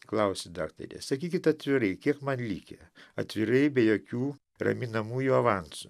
klausi daktare sakykit atvirai kiek man reikia atvirai be jokių raminamųjų avansų